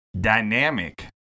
dynamic